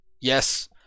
yes